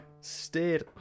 Stayed